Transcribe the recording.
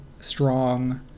strong